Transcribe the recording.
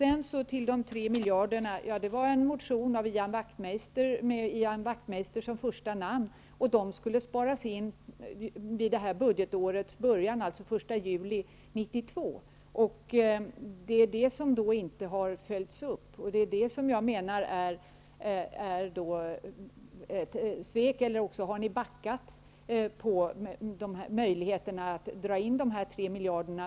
Angånde de 3 miljarderna, angavs den siffran i en motion med Ian Wachtmeister som första namn. Detta belopp skulle sparas in vid det här budgetårets början, alltså den 1 juli 1992. Detta har inte följts upp. Antingen är det fråga om svek eller också har ni backat när det gäller möjligheterna att dra in dessa 3 miljarder.